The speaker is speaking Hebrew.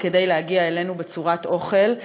כדי להגיע אלינו בצורת אוכל.